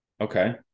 Okay